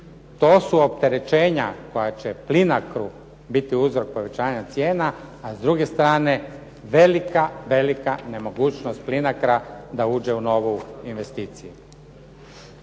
to su opterećenja koja će Plinacrou biti uzrok povećanja cijena, a s druge strane velika, velika nemogućnost Plinacroa da uđe u novu investiciju.